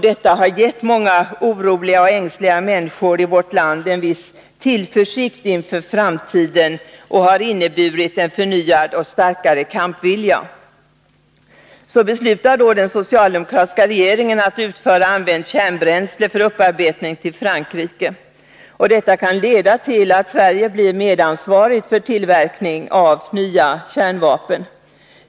Detta har gett många oroliga och ängsliga människor i vårt land en viss tillförsikt inför framtiden och lett till en förnyad och starkare kampvilja. Så beslutade den socialdemokratiska regeringen att utföra använt kärnbränsle för upparbetning till Frankrike. Detta kan leda till att Sverige blir medansvarigt för tillverkning av nya kärnvapen.